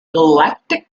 galactic